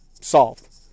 solved